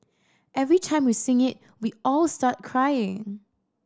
every time we sing it we all start crying